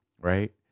right